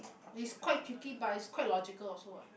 it's quite tricky but it's quite logical also what